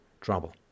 trouble